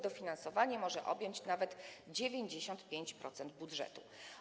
Dofinansowanie może objąć nawet 95% budżetu.